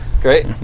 Great